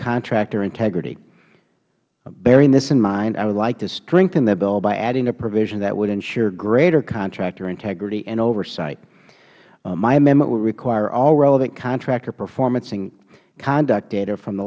contractor integrity bearing this in mind i would like to strengthen the bill by adding a provision that would ensure greater contractor integrity and oversight my amendment would require all relevant contractor performance and conduct data from the